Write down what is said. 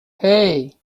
hey